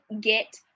get